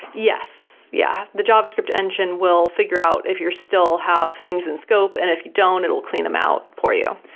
yes, yeah the java script engine will figure out if you still have things in scope and if you don't, it will clean them out for you.